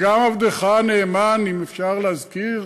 גם עבדך הנאמן, אם אפשר להזכיר,